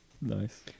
Nice